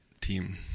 team